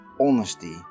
honesty